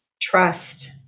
trust